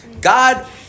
God